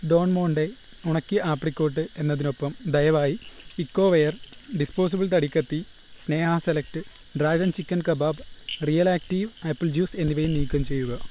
Don Monte ഉണക്കിയ apricot എന്നതിനൊപ്പം ദയവായി ഇക്കോവെയർ ഡിസ്പോസിബിൾ തടിക്കത്തി Sneha select dragon chicken kebab real active apple juice എന്നിവയും നീക്കം ചെയ്യുക